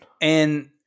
And-